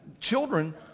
Children